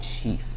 chief